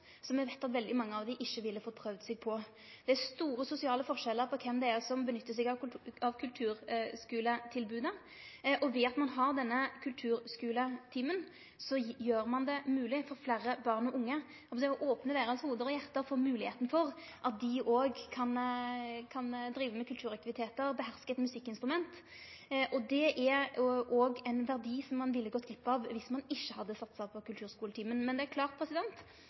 som eg veit at veldig mange av dei elles ikkje ville fått prøvd seg på. Det er store sosiale forskjellar med omsyn til kven som utnyttar kulturskuletilbodet. Ved at ein har denne kulturskuletimen, gjer ein det mogleg for fleire barn og unge – ein opnar deira hovud og hjarte, for å seie det slik, for moglegheita for at dei òg kan drive med kulturaktivitetar, å beherske eit musikkinstrument. Og dette er òg ein verdi ein ville gått glipp av viss ein ikkje hadde satsa på kulturskuletimen. Men det er klart: